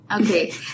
okay